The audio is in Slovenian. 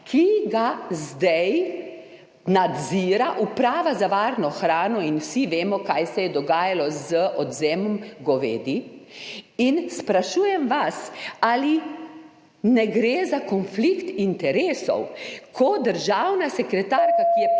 ki ga zdaj nadzira uprava za varno hrano, in vsi vemo, kaj se je dogajalo z odvzemom govedi. Sprašujem vas: Ali ne gre za konflikt interesov, ko državna sekretarka, ki je